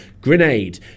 Grenade